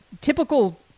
typical